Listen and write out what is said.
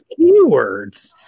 keywords